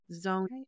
Zone